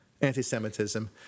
anti-Semitism